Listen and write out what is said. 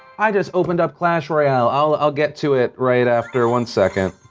i just opened up clash royale. i'll get to it, right after, one second.